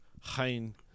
Hein